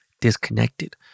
disconnected